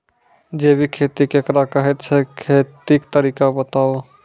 जैबिक खेती केकरा कहैत छै, खेतीक तरीका बताऊ?